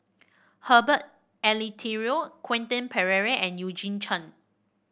Herbert Eleuterio Quentin Pereira and Eugene Chen